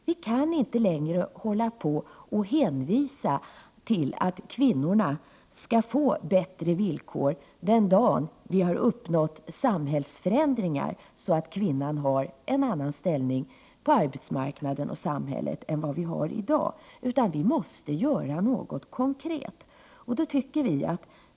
Det går inte längre att hänvisa till att kvinnorna skall få bättre villkor den dag sådana samhällsförändringar har uppnåtts att kvinnan har en annan ställning på arbetsmarknaden och i samhället än hon har i dag, utan det måste göras något konkret.